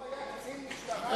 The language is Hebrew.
לא היה קצין משטרה שלא פניתי אליו,